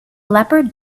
leopard